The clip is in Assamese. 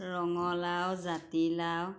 ৰঙলাও জাতিলাও